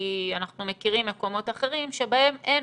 כי אנחנו מכירים מקומות אחרים שבהם אין